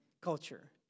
culture